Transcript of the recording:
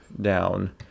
down